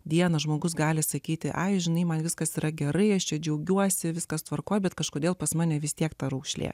dieną žmogus gali sakyti ai žinai man viskas yra gerai aš čia džiaugiuosi viskas tvarkoje bet kažkodėl pas mane vis tiek ta raukšlė